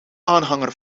aanhanger